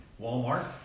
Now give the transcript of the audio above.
Walmart